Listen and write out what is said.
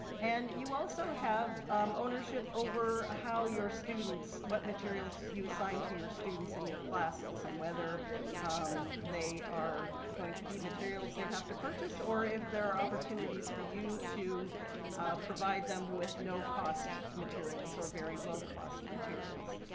and you also have ownership over how your students what materials you assign to your students in your classes and whether um they are going to be materials they have to purchase or if there are opportunities for you to provide them with no cost materials or very low cost materials.